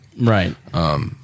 Right